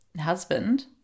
husband –